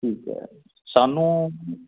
ਠੀਕ ਹੈ ਸਾਨੂੰ